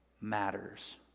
matters